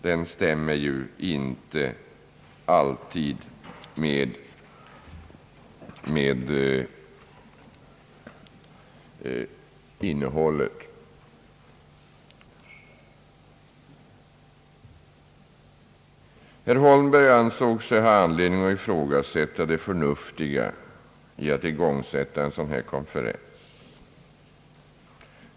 Herr Holmberg ansåg sig ha anledning ifrågasätta det förnuftiga i att igångsätta en sådan här konferens.